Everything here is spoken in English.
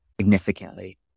significantly